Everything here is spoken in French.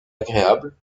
agréable